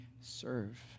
serve